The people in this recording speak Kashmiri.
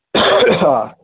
آ